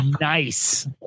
Nice